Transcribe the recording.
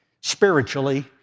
spiritually